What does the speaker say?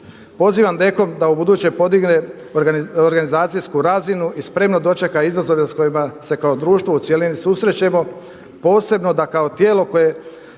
Pozivam DKOM da ubuduće podigne organizacijsku razinu i spremno dočeka izazove s kojima se kao društvo u cjelini susrećemo, posebno da kao tijelo koje